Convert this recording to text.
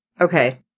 Okay